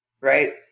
Right